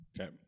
Okay